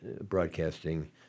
broadcasting